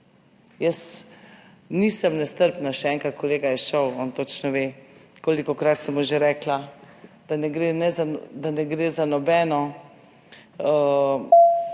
Jaz nisem nestrpna. Še enkrat, kolega, je šel, on točno ve kolikokrat sem mu že rekla, da ne gre za nobeno